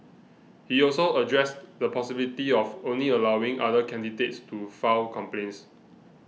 he also addressed the possibility of only allowing other candidates to file complaints